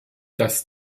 das